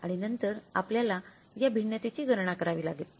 आणि नंतर आपल्याला या भिन्नतेची गणना करावी लागेल